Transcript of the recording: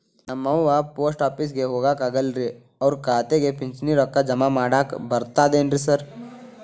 ನಮ್ ಅವ್ವ ಪೋಸ್ಟ್ ಆಫೇಸಿಗೆ ಹೋಗಾಕ ಆಗಲ್ರಿ ಅವ್ರ್ ಖಾತೆಗೆ ಪಿಂಚಣಿ ರೊಕ್ಕ ಜಮಾ ಮಾಡಾಕ ಬರ್ತಾದೇನ್ರಿ ಸಾರ್?